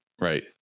Right